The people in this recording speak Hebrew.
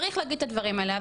צריך להגיד את הדברים האלה,